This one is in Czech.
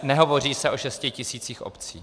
Nehovoří se o šesti tisících obcí.